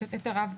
את הרב,